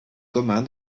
commun